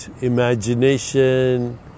imagination